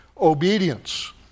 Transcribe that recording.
obedience